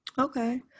Okay